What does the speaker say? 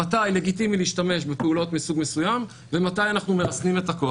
מתי לגיטימי להשתמש בפעולות מסוג מסוים ומתי אנחנו מרסנים את הכוח.